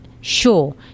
sure